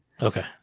okay